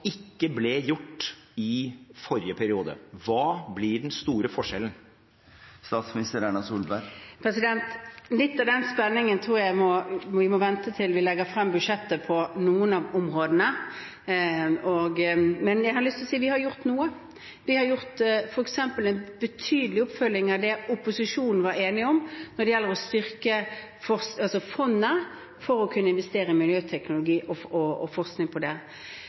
ikke ble gjort i forrige periode? Hva blir den store forskjellen? Litt av den spenningen tror jeg vi må vente med til vi legger frem budsjettet for noen av områdene. Men jeg har lyst til å si at vi har gjort noe. Vi har f.eks. hatt en betydelig oppfølging av det opposisjonen var enig om når det gjelder å styrke fondet for å kunne investere i miljøteknologi og forskning på dette. Det kan høres veldig kjedelig ut, men det